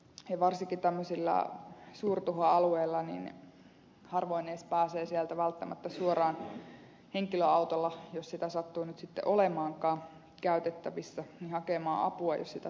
ja varsinkin tämmöisillä suurtuhoalueilla harvoin edes pääsee sieltä välttämättä suoraan henkilöautolla jos sitä sattuu nyt sitten olemaankaan käytettävissä hakemaan apua jos sitä tarvitsee